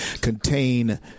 contain